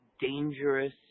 dangerous